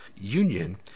union